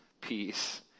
peace